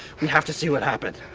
we have to see what happened!